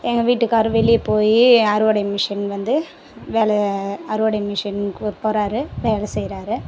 எங்கள் வீட்டுக்கார் வெளியே போய் அறுவடை மிஷின் வந்து வேலை அறுவடை மிஷின்க்கு போகறாரு வேலை செய்யறாரு